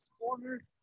corner